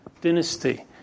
dynasty